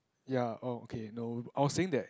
I was saying that ya okay no